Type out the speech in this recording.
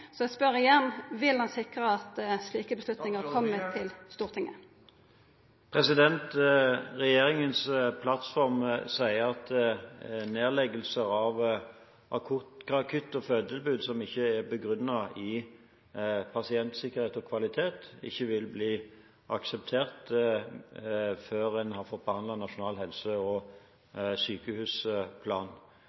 så eg spør igjen: Vil han sikra at slike avgjerder kjem til Stortinget? Regjeringens plattform sier at nedleggelser av akutt- og fødetilbud som ikke er begrunnet med pasientsikkerhet og kvalitet, ikke vil bli akseptert før en har fått behandlet nasjonal helse- og sykehusplan,